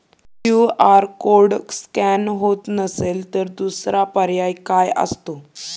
QR code scan होत नसेल तर दुसरा पर्याय काय असतो?